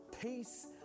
peace